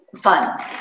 fun